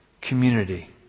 community